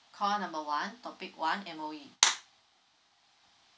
call number one topic one M_O_E